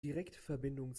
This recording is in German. direktverbindung